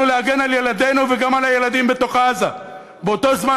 להגן על ילדינו וגם על הילדים בתוך עזה באותו זמן.